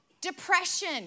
Depression